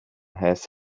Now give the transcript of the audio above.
has